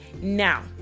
now